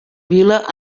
vila